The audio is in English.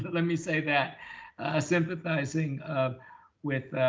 let me say that sympathizing um with